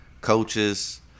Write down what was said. coaches